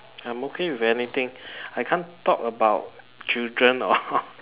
I'm okay with anything I can't talk about children or